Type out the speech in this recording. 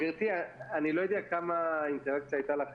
גברתי, אני לא יודע כמה אינטראקציה הייתה לך